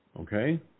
Okay